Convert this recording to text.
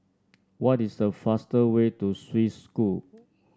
what is the fastest way to Swiss School